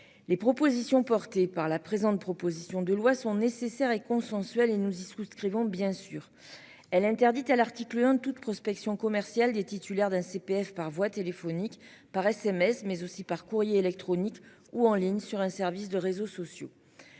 Les propositions portées par la présente, proposition de loi sont nécessaires et consensuel et nous y souscrivons bien sûr elle interdit à l'article 1 toute prospection commerciale des titulaires d'un CPF par voie téléphonique par SMS mais aussi par courrier électronique ou en ligne sur un service de réseaux sociaux.